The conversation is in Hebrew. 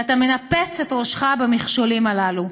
ואתה מנפץ את ראשך במכשולים הללו.